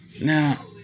now